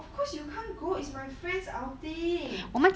of course you can't go is my friends outing